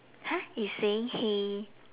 !huh! you saying he's saying hey